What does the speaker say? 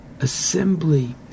assembly